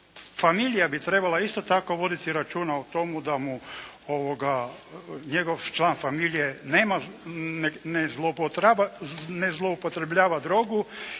familija isto tako voditi računa o tomu da mu njegov član familije ne zloupotrebljava drogu